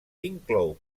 inclou